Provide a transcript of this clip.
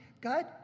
God